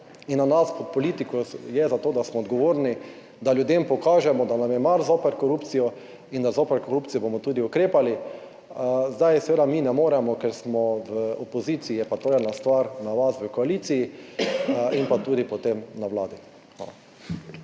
In na nas kot politiko je za to, da smo odgovorni, da ljudem pokažemo, da nam je mar zoper korupcijo in da zoper korupcijo bomo tudi ukrepali. Zdaj seveda mi ne moremo, ker smo v opoziciji, je pa to ena stvar na vas v koaliciji in pa tudi potem na Vladi. Hvala.